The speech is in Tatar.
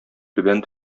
түбән